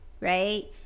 right